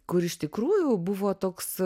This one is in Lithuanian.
kur iš tikrųjų buvo toks